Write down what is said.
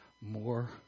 more